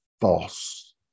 false